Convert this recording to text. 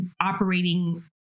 operating